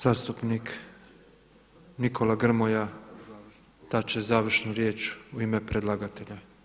Zastupnik Nikola Grmoja, dati će završnu riječ u ime predlagatelja.